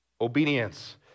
Obedience